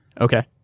Okay